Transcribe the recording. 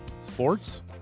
Sports